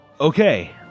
Okay